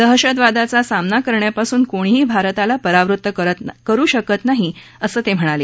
दहशतवादाचा सामना करण्यापासून कोणीही भारताला परावृत्त करु शकत नाही असंही ते म्हणाले